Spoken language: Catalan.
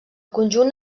conjunt